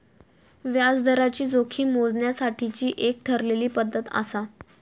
व्याजदराची जोखीम मोजण्यासाठीची एक ठरलेली पद्धत आसा